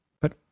but